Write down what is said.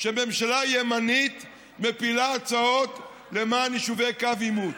שממשלה ימנית מפילה הצעות למען יישובי קו עימות.